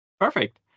Perfect